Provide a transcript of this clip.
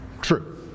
True